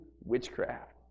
witchcraft